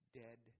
dead